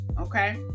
Okay